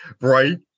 Right